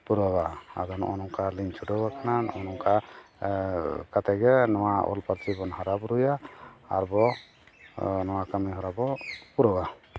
ᱯᱩᱨᱟᱹᱣᱟ ᱟᱫᱚ ᱱᱚᱜᱼᱚ ᱱᱚᱝᱠᱟᱞᱤᱧ ᱪᱷᱩᱴᱟᱹᱣ ᱟᱠᱟᱱᱟ ᱱᱚᱜᱼᱚ ᱱᱚᱝᱠᱟ ᱠᱟᱛᱮᱫᱜᱮ ᱱᱚᱣᱟ ᱚᱞ ᱯᱟᱹᱨᱥᱤ ᱵᱚᱱ ᱦᱟᱨᱟᱵᱩᱨᱩᱭᱟ ᱟᱨ ᱵᱚ ᱱᱚᱣᱟ ᱠᱟᱹᱢᱤᱦᱚᱨᱟ ᱵᱚ ᱯᱩᱨᱟᱹᱣᱟ